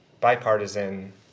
bipartisan